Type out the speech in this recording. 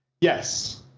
Yes